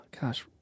gosh-